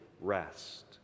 rest